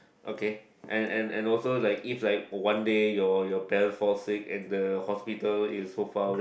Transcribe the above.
okay and and and also like if like one day your your parent fall sick and the hospital is so far away